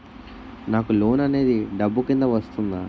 నాకు లోన్ అనేది డబ్బు కిందా వస్తుందా?